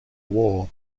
war